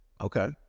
Okay